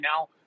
now